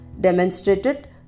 demonstrated